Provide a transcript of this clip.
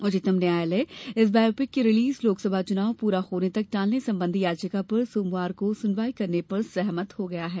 उच्चतम न्यायालय इस बायोपिक की रिलीज लोकसभा चुनाव पूरा होने तक टालने संबंधी याचिका पर सोमवार को सुनवाई करने पर सहमत हो गया है